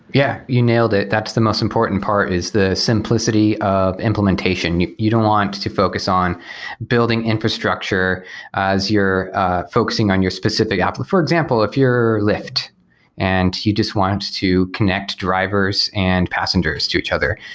yeah, you nailed it. that's the most important part is the simplicity of implementation. you you don't want to focus on building infrastructure as you're focusing on your specific app. for example, if your lyft and you just want to connect drivers and passengers to each other.